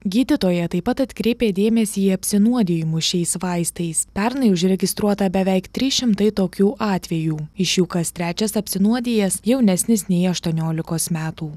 gydytoja taip pat atkreipia dėmesį į apsinuodijimus šiais vaistais pernai užregistruota beveik trys šimtai tokių atvejų iš jų kas trečias apsinuodijęs jaunesnis nei aštuoniolikos metų